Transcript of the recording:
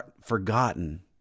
forgotten